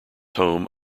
home